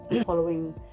following